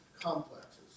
complexes